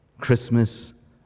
Christmas